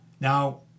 Now